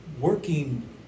working